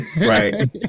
Right